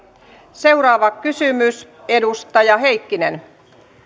seuraava kysymys edustaja heikkinen arvoisa